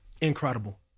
Incredible